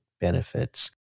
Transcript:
benefits